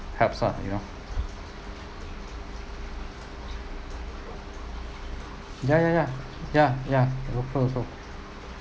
helps ah you know ya ya ya ya ya and local also